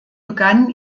begann